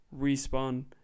respawn